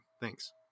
Thanks